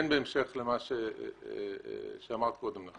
בהמשך למה שאמרת קודם.